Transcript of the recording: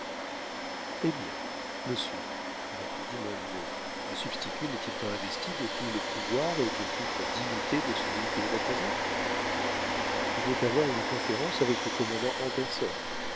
eh bien monsieur répondit munro un substitut n'est-il pas investi de tout le pouvoir et de toute la dignité de celui qu'il représente il veut avoir une conférence avec le commandant en personne